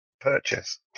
purchase